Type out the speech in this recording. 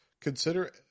Consider